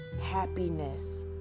happiness